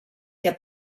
que